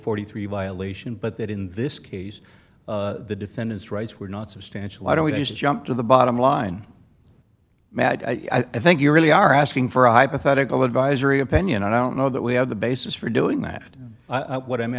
forty three violation but that in this case the defendant's rights were not substantial why don't we just jump to the bottom line matt i think you really are asking for a hypothetical advisory opinion i don't know that we have the basis for doing that what i'm